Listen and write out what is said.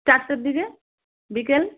চারটের দিকে বিকেল